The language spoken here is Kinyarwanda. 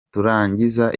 turangiza